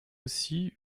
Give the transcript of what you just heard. aussi